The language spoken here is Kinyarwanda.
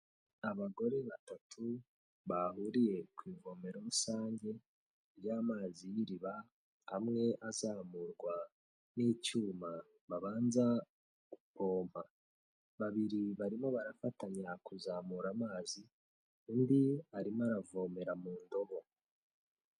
Abagore batatu bahuriye ku ivomero rusange ry'amazi y'iriba, amwe azamurwa n'icyuma babanza gupompa, babiri barimo barafatanya kuzamura amazi undi arimo aravomera mu ndobo.